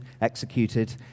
executed